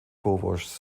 povos